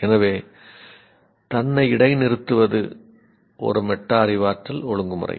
எனவே தன்னை இடைநிறுத்துவது ஒரு மெட்டா அறிவாற்றல் ஒழுங்குமுறை